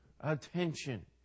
attention